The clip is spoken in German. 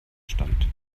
stand